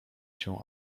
się